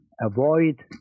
avoid